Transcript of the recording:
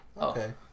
Okay